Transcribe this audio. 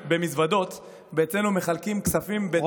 אופיר,